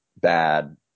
bad